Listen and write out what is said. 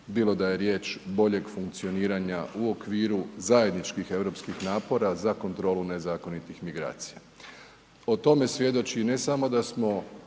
bilo da je riječ boljeg funkcioniranja u okviru zajedničkih europskih napora za kontrolu nezakonitih migracija. O tome svjedoči ne samo da smo